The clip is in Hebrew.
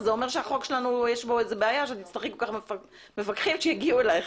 זה אומר שבחוק שלנו יש בעיה שתצטרכי מפקחים שיגיעו אליך,